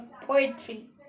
poetry